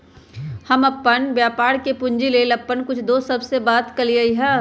हम अप्पन व्यापार के पूंजी लेल अप्पन कुछ दोस सभ से बात कलियइ ह